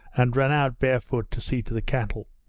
and ran out barefoot to see to the cattle.